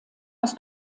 aus